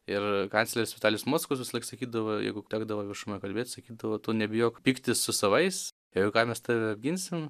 ir kancleris vitalijus mockus visąlaik sakydavo jeigu tekdavo viešumoj kalbėt sakydavo tu nebijok pyktis su savais jeigu ką mes tave apginsim